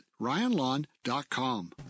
ryanlawn.com